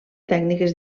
tècniques